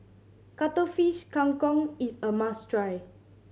Cuttlefish Kang Kong is a must try